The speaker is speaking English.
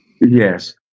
Yes